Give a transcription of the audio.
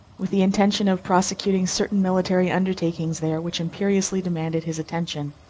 with the intention of prosecuting certain military undertakings there which imperiously demanded his attention.